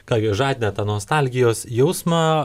ką gi žadina tą nostalgijos jausmą